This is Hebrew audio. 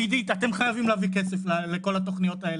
עידית אתם חייבים להביא כסף לכל התוכניות האלה,